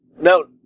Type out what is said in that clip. No